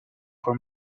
for